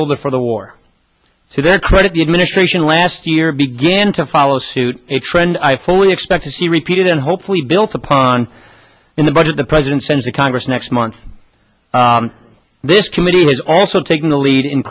placeholder for the war to their credit the administration last year began to follow suit a trend i fully expect to see repeated and hopefully built upon in the budget the president sent to congress next month this committee is also taking the lead